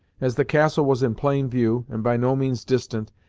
as the castle was in plain view, and by no means distant,